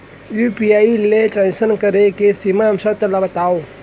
UPI ले transaction करे के सीमा व शर्त ला बतावव?